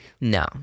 no